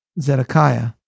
Zedekiah